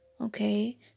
Okay